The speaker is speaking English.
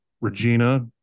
Regina